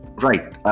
Right